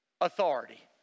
authority